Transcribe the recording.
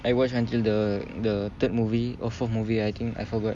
I watch until the the third movie or fourth movie I think I forgot